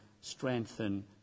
strengthen